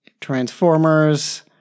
Transformers